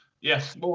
Yes